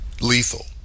lethal